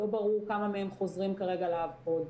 חוזרים כרגע לעבוד,